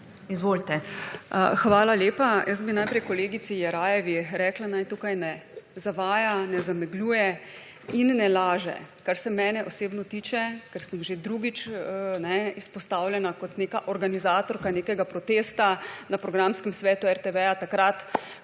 Svoboda): Hvala lepa. Jaz bi najprej kolegici Jerajevi rekla, naj tukaj ne zavaja, ne zamegljuje in ne laže, kar se mene osebno tiče, ker sem že drugič izpostavljena kot neka organizatorka nekega protesta na programskem svetu RTV takrat,